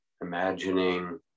imagining